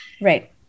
right